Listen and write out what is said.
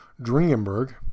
Dringenberg